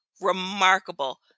remarkable